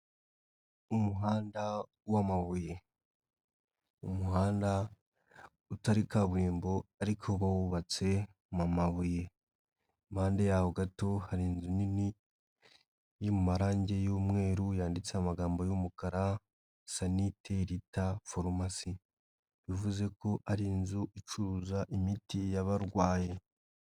Umuhanda w'amabuye, umuhanda utari kaburimbo ariko wubatse mu mabuye. Impande yaho gato hari inzu nini y'amarangi y'umweru yanditseho amagambo y'umukara asa niterita farumasi bivuze ko ari inzu icuruza imiti y'abarwayi.